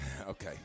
okay